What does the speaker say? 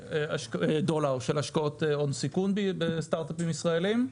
דולר של השקעות הון סיכון בסטארטאפים ישראלים,